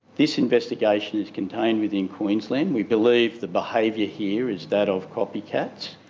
this investigation is contained within queensland. we believe the behaviour here is that of copycats.